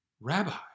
Rabbi